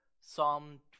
Psalm